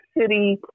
city